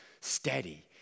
steady